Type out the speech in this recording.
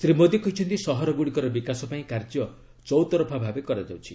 ଶ୍ରୀ ମୋଦୀ କହିଛନ୍ତି ସହରଗୁଡ଼ିକର ବିକାଶ ପାଇଁ କାର୍ଯ୍ୟ ଚଉତରଫା ଭାବେ କରାଯାଉଛି